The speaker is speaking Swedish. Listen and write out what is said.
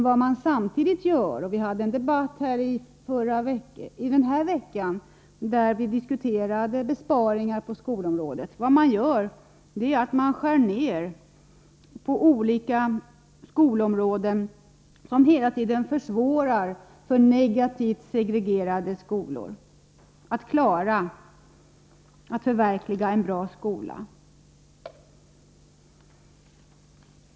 Vi hade en debatt här i riksdagen i veckan där vi diskuterade besparingar på skolans område. Vad man gör är att man skär ner på olika skolområden, något som hela tiden försvårar för segregerade skolor att klara förverkligandet av en bra skola.